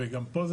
וגם פה,